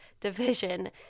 division